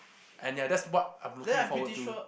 and yeah that's what I'm looking forward to